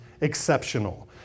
exceptional